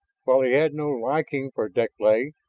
while he had no liking for deklay,